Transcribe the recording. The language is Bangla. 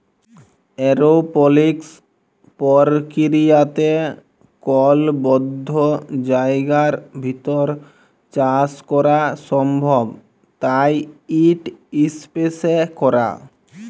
এরওপলিক্স পর্কিরিয়াতে কল বদ্ধ জায়গার ভিতর চাষ ক্যরা সম্ভব তাই ইট ইসপেসে ক্যরে